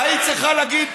האדמה הייתה צריכה לרעוד,